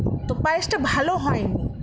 তো পায়েসটা ভালো হয় নি